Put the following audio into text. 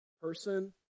person